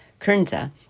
kernza